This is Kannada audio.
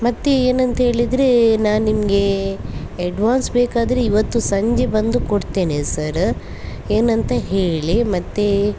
ಮತ್ತೆ ಏನಂತೇಳಿದರೆ ನಾನು ನಿಮಗೆ ಅಡ್ವಾನ್ಸ್ ಬೇಕಾದರೆ ಇವತ್ತು ಸಂಜೆ ಬಂದು ಕೊಡ್ತೇನೆ ಸರ ಏನಂತ ಹೇಳಿ ಮತ್ತೆ